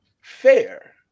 Fair